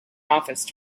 office